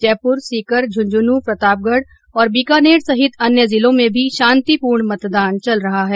जयपुर सीकर झुंझुनूं प्रतापगढ़ और बीकानेर सहित अन्य जिलों में भी शांतिपूर्ण मतदान चल रहा है